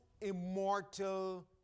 immortal